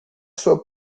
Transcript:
sua